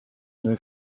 nœud